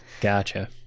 Gotcha